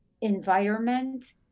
environment